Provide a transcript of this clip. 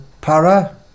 para